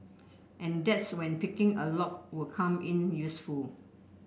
and that's when picking a lock will come in useful